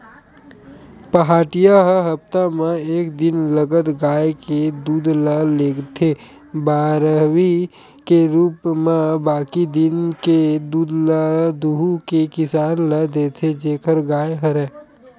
पहाटिया ह हप्ता म एक दिन लगत गाय के दूद ल लेगथे बरवाही के रुप म बाकी दिन के दूद ल दुहू के किसान ल देथे जेखर गाय हरय